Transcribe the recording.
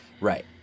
Right